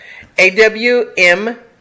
AWM